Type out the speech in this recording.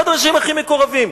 אחד האנשים הכי מקורבים.